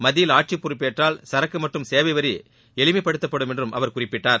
மத்தியில் ஆட்சிப் பொறுப்பேற்றால் சரக்கு மற்றும் சேவை வரி எளிமைப்படுத்தப்படும் என்றும் அவர் குறிப்பிட்டார்